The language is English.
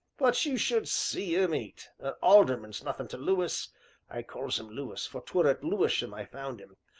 but you should see im eat, a alderman's nothing to lewis i calls im lewis, for twere at lewisham i found im,